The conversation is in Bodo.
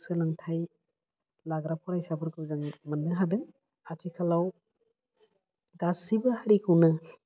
सोलोंथाइ लाग्रा फरायसाफोरखौ जों मोननो हादों आथिखालाव गासिबो हारिखौनो